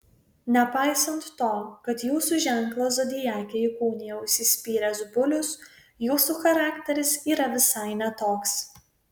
nepaisant to kad jūsų ženklą zodiake įkūnija užsispyręs bulius jūsų charakteris yra visai ne toks